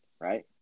right